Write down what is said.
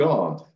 God